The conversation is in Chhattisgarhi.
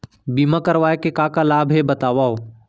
बीमा करवाय के का का लाभ हे बतावव?